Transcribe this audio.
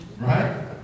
Right